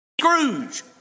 Scrooge